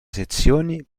sezioni